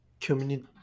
community